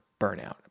burnout